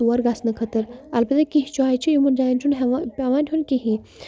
تور گژھنہٕ خٲطرٕ البتہ کینٛہہ جایہِ چھِ یِمَن جایَن چھُنہٕ ہٮ۪وان پٮ۪وان ہیوٚن کِہیٖنۍ